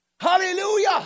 Hallelujah